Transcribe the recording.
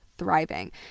thriving